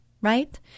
right